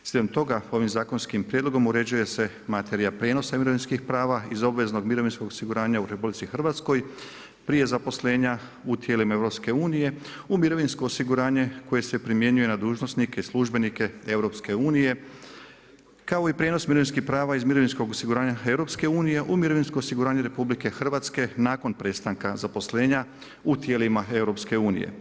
Slijedom toga, ovim zakonskim prijedlogom uređuje se materija prijenosa mirovinskih prava iz obveznog mirovinskog osiguranja u RH prije zaposlenja u tijelima EU u mirovinsko osiguranje koje se primjenjuje na dužnosnike, službenike EU kao i prijenos mirovinskih prava iz mirovinskog osiguranja EU u mirovinsko osiguranje RH nakon prestanka zaposlenja u tijelima EU.